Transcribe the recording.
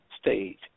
stage